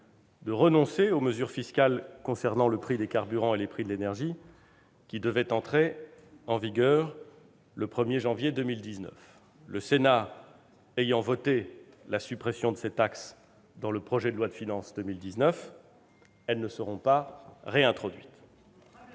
de renoncer aux mesures fiscales concernant le prix des carburants et les prix de l'énergie, qui devaient entrer en vigueur le 1 janvier 2019. Le Sénat ayant voté la suppression de ces taxes dans le projet de loi de finances pour 2019, elles ne seront pas réintroduites.